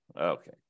okay